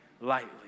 lightly